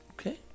Okay